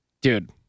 Dude